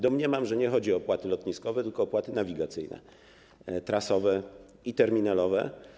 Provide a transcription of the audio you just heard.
Domniemywam, że nie chodzi o opłaty lotniskowe, tylko o opłaty nawigacyjne, trasowe i terminalowe.